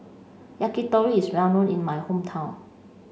Yakitori is well known in my hometown